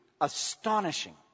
astonishing